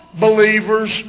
believers